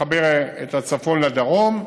מחבר את הצפון לדרום,